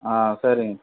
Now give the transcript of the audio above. ஆ சரிங்க